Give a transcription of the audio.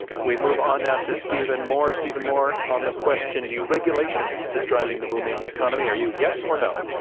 we move on now to stephen moore. stephen moore, on the question deregulation is driving the booming economy, are you yes or no?